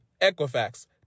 Equifax